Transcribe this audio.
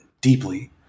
deeply